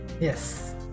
Yes